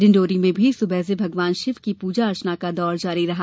डिंडौरी में भी सुबह से भगवान शिव की पूजा अर्चना का दौर जारी रहा